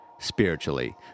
Spiritually